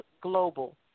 Global